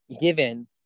given